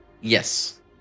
yes